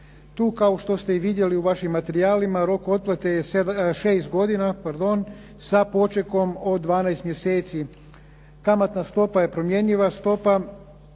Tu kao što ste i vidjeli u vašim materijalima rok otplate je 6 godina sa počekom od 12 mjeseci. Kamatna stopa je promjenjiva